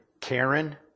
Karen